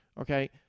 Okay